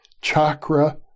chakra